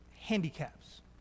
handicaps